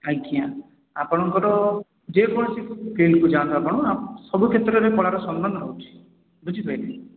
ଆଜ୍ଞା ଆପଣଙ୍କର ଯେ କୌଣସି ଫିଲଡ଼୍କୁ ଯାଆନ୍ତୁ ଆପଣ ସବୁ କ୍ଷେତ୍ରରେ କଳାର ସମ୍ମାନ ଅଛି ବୁଝି ପାରିଲେ